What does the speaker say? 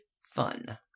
fun